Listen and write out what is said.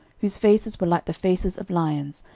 whose faces were like the faces of lions,